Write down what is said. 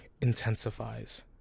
intensifies